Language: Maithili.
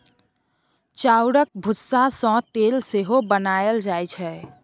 चाउरक भुस्सा सँ तेल सेहो बनाएल जाइ छै